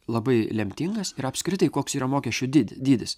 labai lemtingas ir apskritai koks yra mokesčių dydis